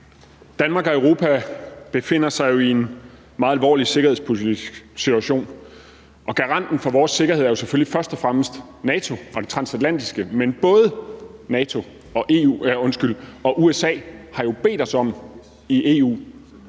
Danmark og Europa befinder sig jo i en meget alvorlig sikkerhedspolitisk situation, og garanten for vores sikkerhed er jo selvfølgelig først og fremmest NATO og det transatlantiske, men både NATO og USA har jo bedt os i EU